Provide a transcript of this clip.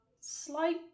slight